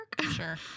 sure